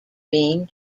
being